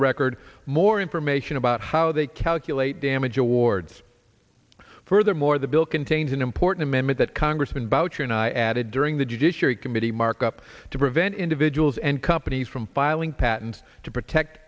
the record more information about how they calculate damage awards furthermore the bill contains an important amendment that congressman boucher and i added during the judiciary committee markup to prevent individuals and companies from filing patents to protect